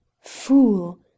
Fool